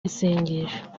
isengesho